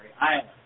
island